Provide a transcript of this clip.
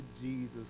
Jesus